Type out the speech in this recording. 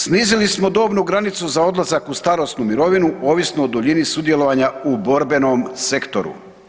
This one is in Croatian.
Snizili smo dobnu granicu za odlazak u starosnu mirovinu ovisno o duljini sudjelovanja u borbenom sektoru.